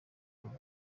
bull